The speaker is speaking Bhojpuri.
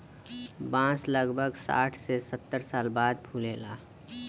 बांस लगभग साठ से सत्तर साल बाद फुलला